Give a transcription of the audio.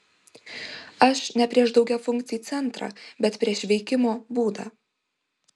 aš ne prieš daugiafunkcį centrą bet prieš veikimo būdą